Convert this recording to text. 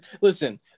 listen